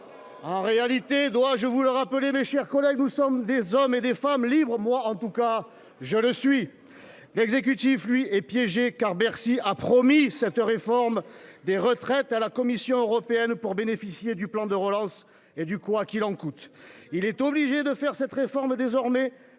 En réalité- dois-je vous le rappeler, mes chers collègues ?-, nous sommes des hommes et des femmes libres. Moi, en tout cas, je le suis ! L'exécutif, lui, est piégé, car Bercy a promis cette réforme des retraites à la Commission européenne pour bénéficier du plan de relance et du « quoi qu'il en coûte ». C'était bien, les vacances ? Il est obligé désormais